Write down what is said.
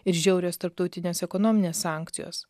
ir žiaurios tarptautinės ekonominės sankcijos